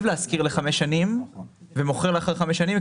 להשכיר לחמש שנים ומוכר אחרי חמש שנים,